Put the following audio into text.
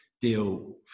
deal